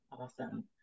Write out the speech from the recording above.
Awesome